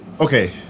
okay